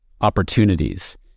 opportunities